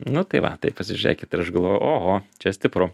nu tai va tai pasižiūrėkit ir aš galvoju oho čia stipru